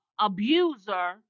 abuser